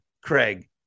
Craig